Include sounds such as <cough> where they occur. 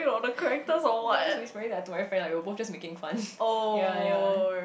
<laughs> no I just whispering that to my friend like we were both just making fun <laughs> ya ya